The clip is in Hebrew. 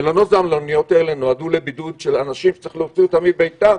המלונות והמלוניות האלה נועדו לבידוד של אנשים שצריך להוציא אותם מביתם,